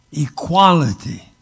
Equality